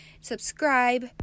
subscribe